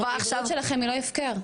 הבריאות שלכם היא לא הפקר.